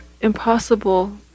impossible